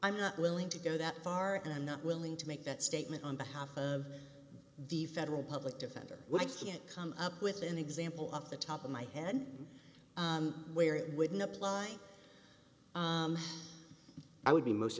i'm not willing to go that far and i'm not willing to make that statement on behalf of the federal public defender i can't come up with an example of the top of my head where it would not apply i would be most